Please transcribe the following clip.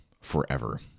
forever